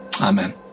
Amen